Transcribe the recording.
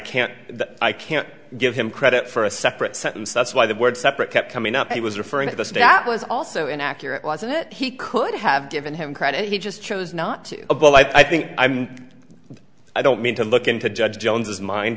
can't i can't give him credit for a separate sentence that's why the word separate kept coming up he was referring to the stat was also inaccurate wasn't it he could have given him credit he just chose not to above i think i don't mean to look into judge jones as min